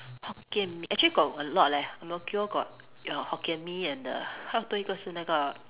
Hokkien Mee actually got a lot leh ang-mo-kio got ya Hokkien Mee and the 还有多一个是那个